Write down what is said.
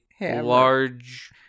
large